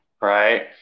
right